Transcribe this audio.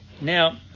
Now